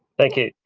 thank you.